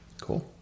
Cool